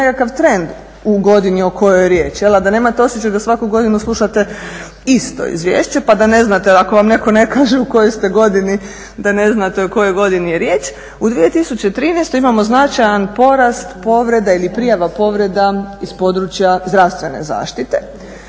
nekakav trend u godini o kojoj je riječ, jelda, da nemate osjećaj da svaku godinu slušate isto izvješće pa da ne znate ako vam neko ne kaže u kojoj ste godini, da ne znate o kojoj godini je riječ. U 2013. imamo značajan porast povreda ili prijava povreda iz područja zdravstvene zaštite.